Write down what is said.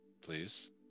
please